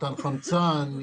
מתן חמצן,